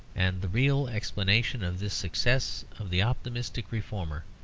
and the real explanation of this success of the optimistic reformer,